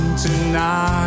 tonight